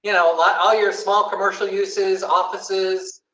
you know a lot all your small commercial uses offices.